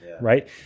right